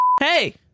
Hey